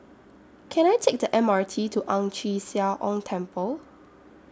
Can I Take The M R T to Ang Chee Sia Ong Temple